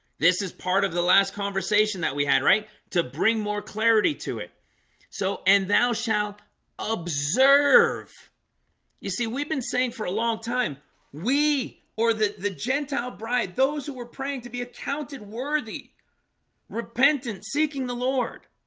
this is part of the last conversation that we had right to bring more clarity to it so and thou shalt observe you see we've been saying for a long time we or the the gentile bride those who were praying to be accounted worthy repentant seeking the lord